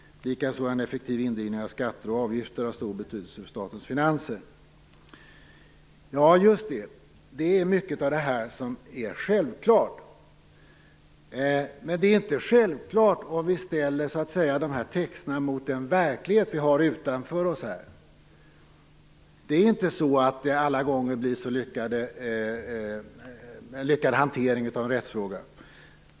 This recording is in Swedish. Likaså är en effektiv indrivning av skatter och avgifter av stor betydelse för statens finanser." Ja, just det. Det är mycket av det här som är självklart. Men det är inte självklart om vi ställer de här texterna mot den verklighet vi har utanför. Det är inte så att hanteringen av en rättsfråga alla gånger blir så lyckad.